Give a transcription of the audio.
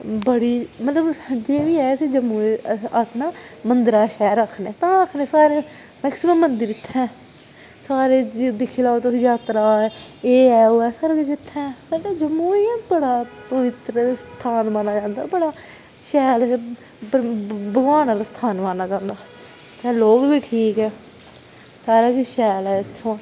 बड़ी मतलब जे बी ऐ अस जम्मू दे अस ना मन्दरें दा शैह्र आक्खने तां आक्खने शैह्र मैक्सिमम मन्दर इत्थें ऐ सारे दिक्खी लैओ तुस जातरा एह् ऐ ओह् ऐ सारा किश इत्थें ऐ साढ़ा जम्मू इ'यां बड़ा पवित्र स्थान माना जंदा ऐ बड़ा शैल भगवान आह्ला स्थान माना जंदा ऐ उत्थें लोग बी ठीक ऐ सारा किश शैल ऐ उत्थें